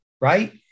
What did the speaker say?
right